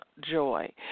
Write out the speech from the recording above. joy